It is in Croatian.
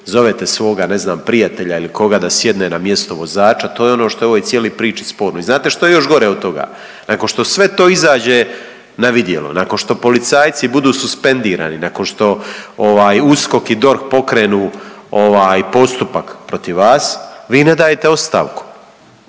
ne znam prijatelja ili koga da sjedne na mjesto vozača. To je ono što je u ovoj cijeloj priči sporno. I znate šta je još gore od toga, nakon što sve to izađe na vidjelo, nakon što policajci budu suspendirani, nakon što USKOK i DORH pokrenu postupak protiv vas, vi ne dajete ostavku